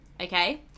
okay